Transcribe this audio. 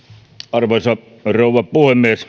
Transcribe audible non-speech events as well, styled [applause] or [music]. arvoisa rouva puhemies [unintelligible]